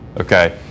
okay